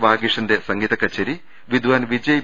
വാഗീഷിന്റെ സംഗീത കച്ചേരി വിദ്ധാൻ വിജയ്